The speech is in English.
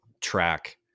track